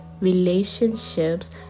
relationships